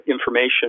information